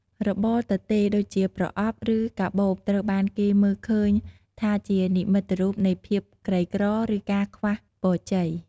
របរទទេដូចជាប្រអប់ ឬកាបូបត្រូវបានគេមើលឃើញថាជានិមិត្តរូបនៃភាពក្រីក្រ ឬការខ្វះពរជ័យ។